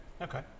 okay